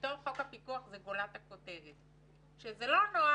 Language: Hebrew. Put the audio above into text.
חוק הפיקוח הופל לגולת הכותרת, כשזה נוח